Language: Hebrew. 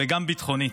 וגם ביטחונית.